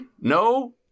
No